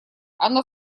оно